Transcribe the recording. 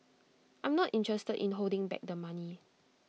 I'm not interested in holding back the money